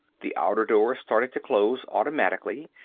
the outer door started to close automatically,